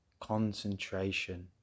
concentration